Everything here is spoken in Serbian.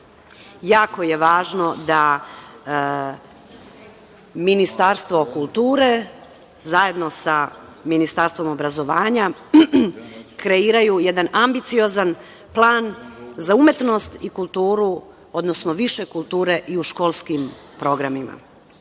Jako je važno da Ministarstvo kulture, zajedno sa Ministarstvom obrazovanja, kreiraju jedan ambiciozan plan za umetnost i kulturu, odnosno više kulture i u školskim programima,